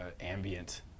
ambient